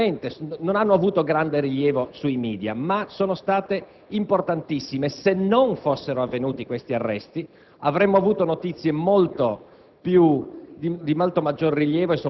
notizie logicamente non hanno avuto grande rilievo sui *media*, ma si sono rivelate importantissime: se non fossero avvenuti quegli arresti, avremmo avuto notizie di molto